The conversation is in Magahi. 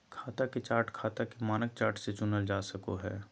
खाता के चार्ट खाता के मानक चार्ट से चुनल जा सको हय